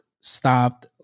stopped